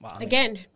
again